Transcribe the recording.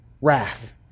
wrath